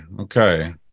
okay